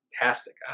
fantastic